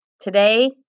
Today